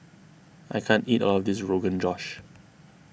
I can't eat all of this Rogan Josh